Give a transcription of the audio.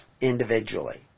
individually